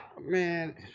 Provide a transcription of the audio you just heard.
man